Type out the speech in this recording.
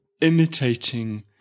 imitating